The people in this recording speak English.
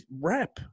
rep